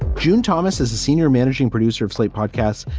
june thomas is the senior managing producer of slate podcasts.